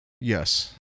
Yes